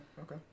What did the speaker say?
Okay